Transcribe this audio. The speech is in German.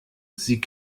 sie